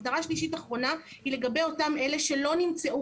מטרה שלישית אחרונה היא לגבי אותם אלה שלא נמצאו